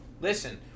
Listen